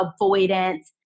avoidance